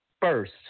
first